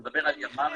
אני מדברים על ימ"מים,